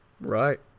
Right